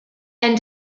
and